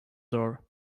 door